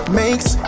makes